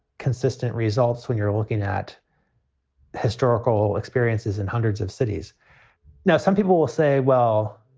consistent results when you're looking at historical experiences in hundreds of cities now, some people will say, well,